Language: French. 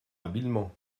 habilement